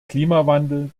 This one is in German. klimawandel